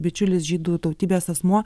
bičiulis žydų tautybės asmuo